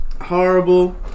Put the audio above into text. horrible